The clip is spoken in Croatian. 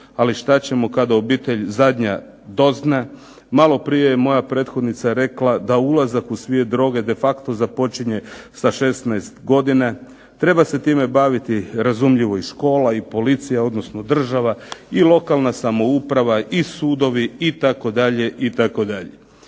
Ali šta ćemo kada obitelj zadnja dozna. Malo prije je moja prethodnica rekla da ulazak u svijet droge de facto započinje sa 16 godina. Treba se time baviti razumljivo i škola i policija, odnosno država, i lokalna samouprava, i sudovi, itd.,